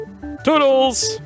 Toodles